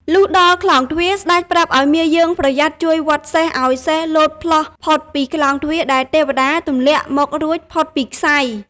លុះដល់ក្លោងទ្វារ ស្តេចប្រាប់ឱ្យមាយើងប្រយ័ត្នជួយវាត់សេះឱ្យសេះលោតផ្លោះផុតពីក្លោងទ្វារដែលទេវតាទម្លាក់មករួចផុតពីក្ស័យ។